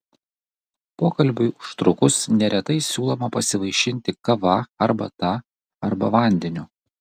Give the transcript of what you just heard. pokalbiui užtrukus neretai siūloma pasivaišinti kava arbata arba vandeniu